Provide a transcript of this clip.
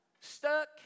Stuck